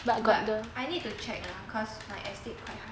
but I need to check lah cause my astig quite high